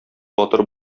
батыр